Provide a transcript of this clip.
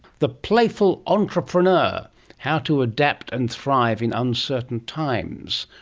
the playful entrepreneur how to adapt and thrive in uncertain times.